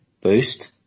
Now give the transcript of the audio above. boost